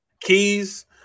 Keys